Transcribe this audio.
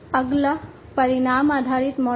अगला परिणाम आधारित मॉडल है